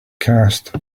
cast